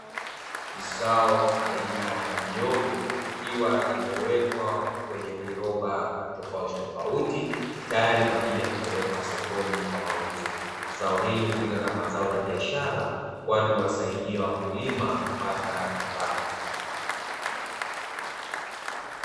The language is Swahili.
Zao aina ya miogo, ikiwa imewekwa kwenye viloba tofauti tofauti, tayali kwaajili ya kupelekwa sokoni kwa mauzo, zao hili hutumika kama zao la biashara, kwani huwasaidia wakulima kupata kipato.